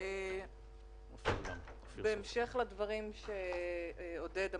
בהמשך לדברים שעודד אמר,